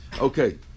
Okay